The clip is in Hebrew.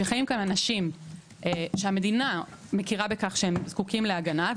שחיים כאן אנשים שהמדינה מכירה בכך שהם זקוקים להגנה,